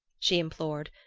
she implored.